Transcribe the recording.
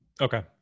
Okay